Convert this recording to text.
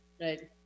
Right